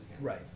Right